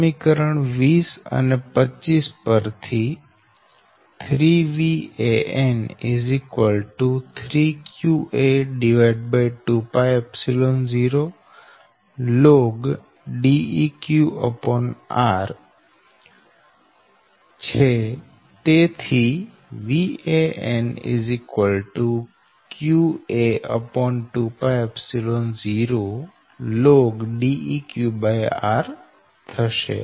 સમીકરણ 20 અને 25 પરથી 3Van3qa20lnDeqr Vanqa20lnDeqrથશે